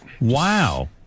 Wow